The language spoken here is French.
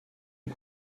est